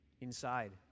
inside